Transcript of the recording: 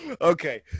Okay